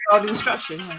instruction